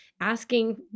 asking